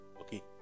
Okay